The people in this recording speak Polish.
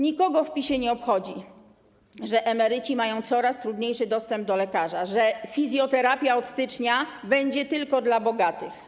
Nikogo w PiS-ie nie obchodzi, że emeryci mają coraz trudniejszy dostęp do lekarza, że fizjoterapia od stycznia będzie tylko dla bogatych.